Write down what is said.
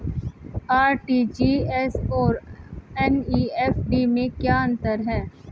RTGS और NEFT में क्या अंतर है?